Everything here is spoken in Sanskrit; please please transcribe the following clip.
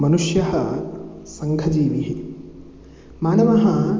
मनुष्यः सङ्घजीवी मानवः